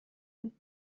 ein